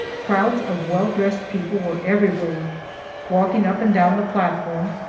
crowds of well-dressed people were everywhere walking up and down the platform,